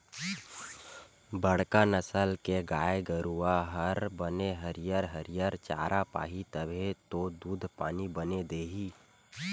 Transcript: बड़का नसल के गाय गरूवा हर बने हरियर हरियर चारा पाही तभे तो दूद पानी बने दिही